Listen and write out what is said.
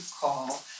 call